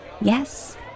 Yes